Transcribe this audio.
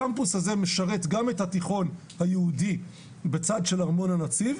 הקמפוס הזה משרת גם את התיכון היהודי בצד של ארמון הנציב,